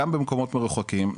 גם במקומות רחוקים,